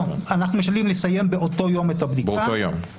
אנחנו משתדלים לסיים באותו יום את הבדיקה,